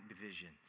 divisions